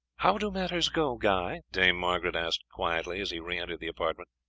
how do matters go, guy? dame margaret asked quietly as he re-entered the apartment.